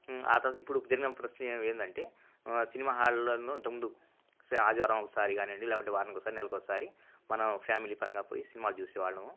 తరువాత ఇప్పుడు ప్రస్తుతం జరిగింది ఏందంటే సినిమా హాల్లోనూ ఇంతకు ముందు సరే ఆదివారం ఒకసారి కానివ్వండి వారానికి ఒకసారి నెలకొకసారి మనము ఫ్యామిలీ పరంగా పోయి సినిమా చూసేవాళ్ళము